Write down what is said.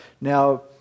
Now